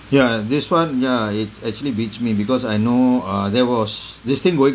yeah this one ya it actually beats me because I know uh there was this thing going